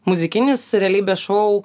muzikinis realybės šou